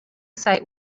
site